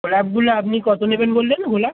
গুলো আপনি কত নেবেন বললেন